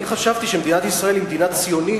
אני חשבתי שמדינת ישראל היא מדינה ציונית,